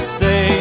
say